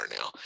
now